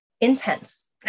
intense